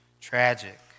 Tragic